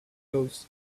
cloth